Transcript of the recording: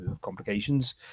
complications